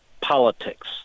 politics